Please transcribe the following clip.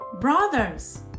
brothers